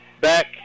Back